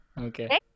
Okay